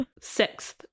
Sixth